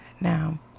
Now